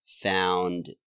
found